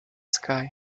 sky